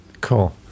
cool